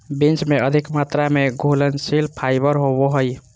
beans में अधिक मात्रा में घुलनशील फाइबर होवो हइ